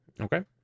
okay